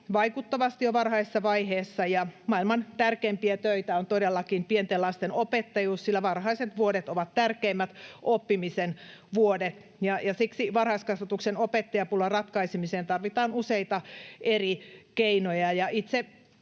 vaikuttavasti jo varhaisessa vaiheessa, ja maailman tärkeimpiä töitä on todellakin pienten lasten opettajuus, sillä varhaiset vuodet ovat tärkeimmät oppimisen vuodet, ja siksi varhaiskasvatuksen opettajapulan ratkaisemiseen tarvitaan useita eri keinoja